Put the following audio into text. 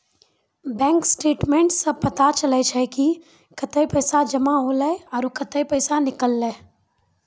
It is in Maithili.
बैंक स्टेटमेंट्स सें पता चलै छै कि कतै पैसा जमा हौले आरो कतै पैसा निकललै